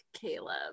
caleb